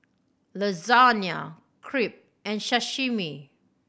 Lasagna Crepe and Sashimi